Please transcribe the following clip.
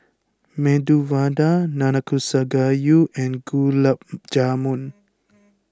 Medu Vada Nanakusa Gayu and Gulab Jamun